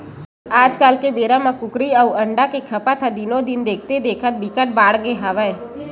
आजकाल के बेरा म कुकरी अउ अंडा के खपत ह दिनो दिन देखथे देखत बिकट बाड़गे हवय